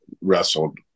wrestled